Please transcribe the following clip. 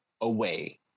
away